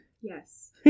Yes